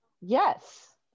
Yes